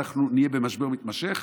אנחנו נהיה במשבר מתמשך.